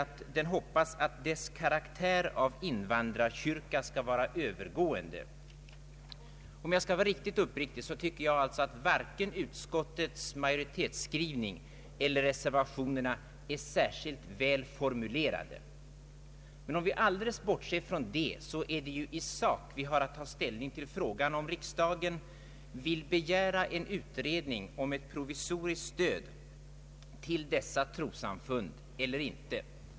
Ämbetet hoppas att dess karaktär av invandrarkyrka skall vara Öövergående. Skall jag vara uppriktig, tycker jag att varken utskottsmajoritetens eller reservanternas skrivning är särskilt väl formulerad. Men om vi alldeles bortser från det, har vi att i sak ta ställning till frågan huruvida riksdagen skall begära en utredning om ett provisoriskt stöd till dessa trossamfund eller inte.